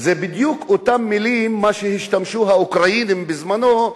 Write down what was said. זה בדיוק אותן מלים שהשתמשו בהן האוקראינים בזמנו,